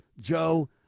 Joe